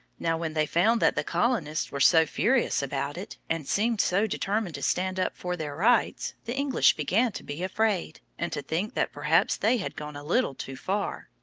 now, when they found that the colonists were so furious about it, and seemed so determined to stand up for their rights, the english began to be afraid, and to think that perhaps they had gone a little too far.